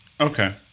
Okay